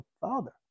father